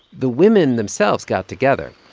the women themselves got together